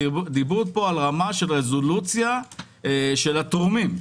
דיברו פה על רמת רזולוציה של התורמים.